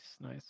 nice